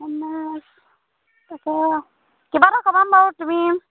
তাকে কিবা এটা কমাম বাৰু তুমি